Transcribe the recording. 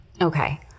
okay